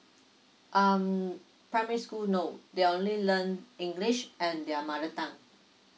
um primary school no they only learn english and their mother tongue